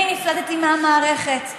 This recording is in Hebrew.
אני נפלטתי מהמערכת.